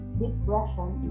depression